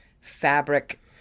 fabric